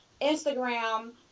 Instagram